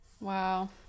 Wow